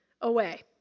away